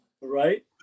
right